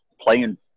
playing –